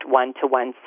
one-to-one